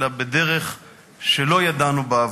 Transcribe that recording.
אלא בדרך שלא ידענו בעבר,